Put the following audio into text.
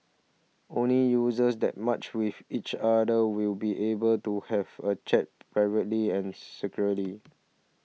only users that matched with each other will be able to have a chat privately and secretly